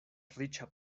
riĉa